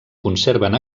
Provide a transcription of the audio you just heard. conserven